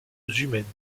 humaines